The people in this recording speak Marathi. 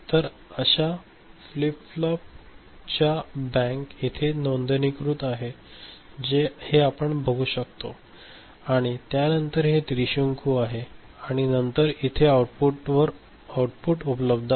तर अशा फ्लिप फ्लॉप ची बँक इथे नोंदणीकृत आहे हे आपण बघू शकतो आणि त्यानंतर हे त्रिशंकू आहे आणि नंतर इथे आउटपुट उपलब्ध आहे